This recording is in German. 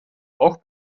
auch